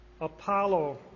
Apollo